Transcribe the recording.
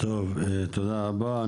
תודה רבה.